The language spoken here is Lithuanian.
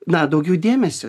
na daugiau dėmesio